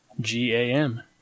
G-A-M